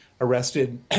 arrested